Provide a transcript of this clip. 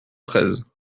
treize